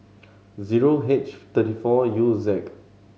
zero H thirty four U Z